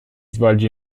svolge